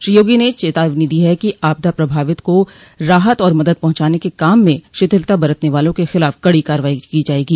श्री योगी ने चेतावनी दी है कि आपदा प्रभावितों को राहत और मदद पहुंचाने के काम में शिथिलता बरतने वालों के खिलाफ़ कड़ी कार्रवाई की जायेगी